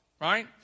right